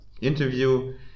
interview